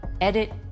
edit